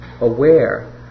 aware